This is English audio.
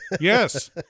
Yes